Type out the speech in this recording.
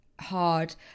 hard